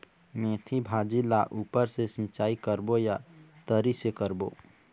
मेंथी भाजी ला ऊपर से सिचाई करबो या तरी से करबो?